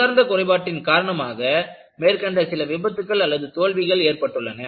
உள்ளார்ந்த குறைபாட்டின் காரணமாக மேற்கண்ட சில விபத்துக்கள் தோல்விகள் ஏற்பட்டுள்ளன